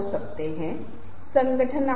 आपको गंभीरता से लेंगे या नहीं